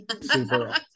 super